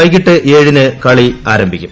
വൈകിട്ട് ഏഴിന് കളി ആരംഭിക്കും